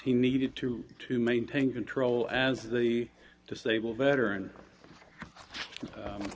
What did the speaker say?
he needed to to maintain control as a disabled veteran